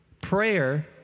prayer